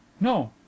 No